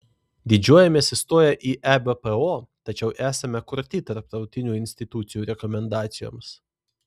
didžiuojamės įstoję į ebpo tačiau esame kurti tarptautinių institucijų rekomendacijoms